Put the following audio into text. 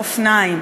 באופניים,